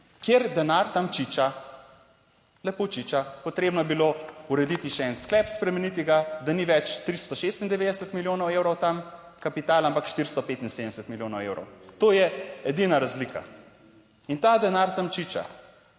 kjer denar tam čiča, lepo čiča. Potrebno je bilo urediti še en sklep spremeniti ga, da ni več 396 milijonov evrov tam kapitala, ampak 475 milijonov evrov, to je edina razlika in ta denar tam čiča.